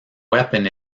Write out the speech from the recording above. weapon